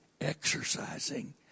exercising